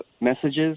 messages